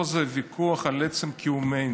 פה זה ויכוח על עצם קיומנו.